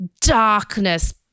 darkness